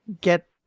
get